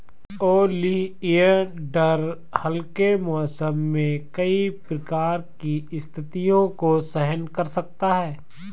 oleander हल्के मौसम में कई प्रकार की स्थितियों को सहन कर सकता है